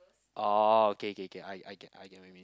oh okay okay okay I I get I get my mean